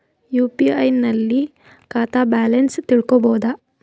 UPI ನಲ್ಲಿ ಖಾತಾ balance ತಿಳಕೊ ಬಹುದಾ?